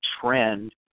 trend